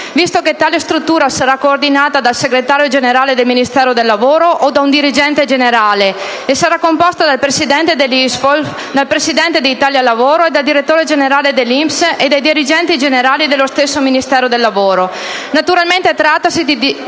visto che sarà coordinata dal segretario generale del Ministero del lavoro o da un dirigente generale e sarà composta dal presidente dell'ISFOL, dal presidente di Italia Lavoro SpA, dal direttore generale dell'INPS e dai dirigenti generali dello stesso Ministero del lavoro; naturalmente trattasi di